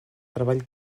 treball